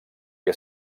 que